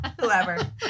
Whoever